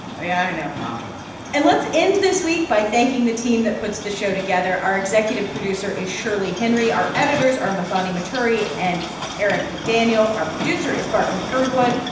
i know mom jokes and let's end this week by thanking the team that puts the show together. our executive producer is shirley henry. our editors are muthoni muturi and eric mcdaniel. our producer is barton girdwood.